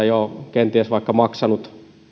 jo oikeussalissa kenties vaikka maksanut